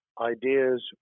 ideas